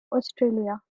australia